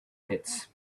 pits